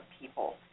people